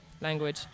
language